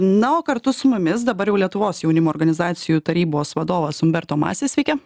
na o kartu su mumis dabar jau lietuvos jaunimo organizacijų tarybos vadovas umberto masis sveiki